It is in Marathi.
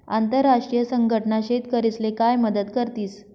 आंतरराष्ट्रीय संघटना शेतकरीस्ले काय मदत करतीस?